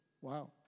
Wow